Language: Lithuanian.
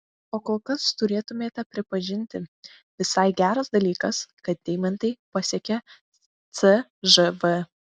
o kol kas turėtumėte pripažinti visai geras dalykas kad deimantai pasiekė cžv